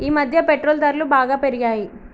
ఈమధ్య పెట్రోల్ ధరలు బాగా పెరిగాయి